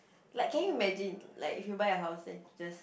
like can you imagine like if you buy a house and you just